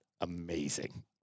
amazing